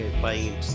playing